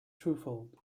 twofold